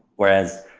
whereas,